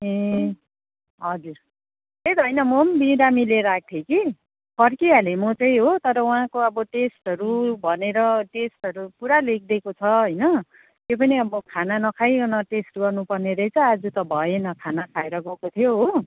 ए हजुर त्यही त होइन म पनि बिरामी लिएर आएको थिएँ कि फर्किहालेँ म चाहिँ हो तर उहाँको अब टेस्टहरू भनेर टेस्टहरू पुरा लेखिदिएको छ होइन त्यो पनि अब खाना नखाइकन टेस्ट गर्नुपर्ने रहेछ आज त भएन खाना खाएर गएको थियो हो